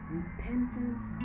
repentance